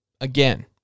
Again